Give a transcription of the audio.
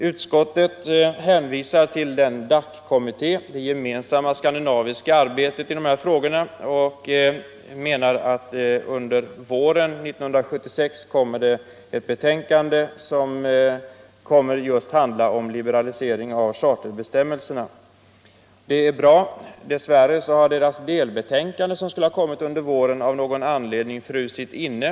Utskottet hänvisar till DAC-kommittén — det gemensamma skandinaviska arbetet i dessa frågor — och säger att ett betänkande som väntas under våren 1976 kommer att handla just om liberalisering av charterbestämmelserna. Det är bra. Dess värre har kommitténs delbetänkande, som skulle ha kommit under våren, av någon anledning frusit inne.